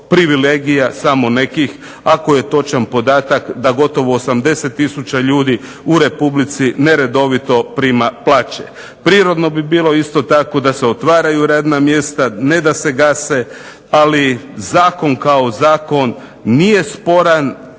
privilegija samo nekih ako je točan podatak da gotovo 80 tisuća ljudi u Republici neredovito prima plaće. Prirodno bi bilo isto tako da se otvaraju radna mjesta, ne da se gase, ali zakon kao zakon nije sporan